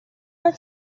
our